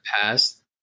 past